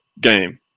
game